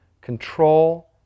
control